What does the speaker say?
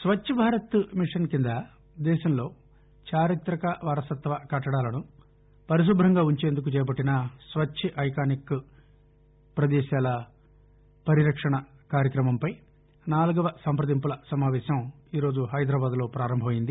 స్వచ్ఛ Bharat mission కింద దేశంలో చార్పితక వారసత్వ కట్టడాలను పరిశుభంగా ఉంచేందుకు చేపట్టిన స్వచ్ఛ ఐకానిక్ ప్రదేశాల పరిరక్షణ కార్యక్రమంపై నాల్గవ సంపదింపుల సమావేశం ఈరోజు హైదరాబాద్లో పారంభం అయింది